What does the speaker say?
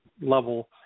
level